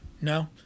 No